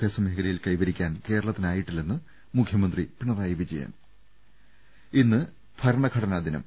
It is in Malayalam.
ഭ്യാസ മേഖലയിൽ കൈവരിക്കാൻ കേരളത്തിനായിട്ടില്ലെന്ന് മുഖ്യമന്ത്രി പിണറായി വിജയൻ ഇന്ന് ഭരണഘടനാ ദിനം